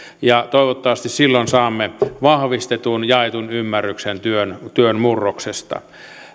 toivottavasti silloin saamme vahvistetun jaetun ymmärryksen työn työn murroksesta